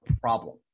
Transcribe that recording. problem